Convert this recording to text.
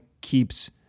keeps